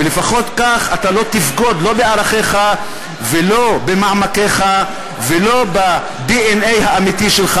ולפחות כך אתה לא תבגוד לא בערכיך ולא במעמקיך ולא בדנ"א האמיתי שלך,